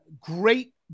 great